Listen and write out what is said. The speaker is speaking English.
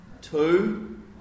Two